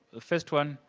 the first one